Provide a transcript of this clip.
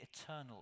eternal